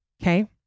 okay